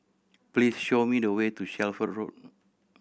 please show me the way to Shelford Road